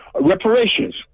reparations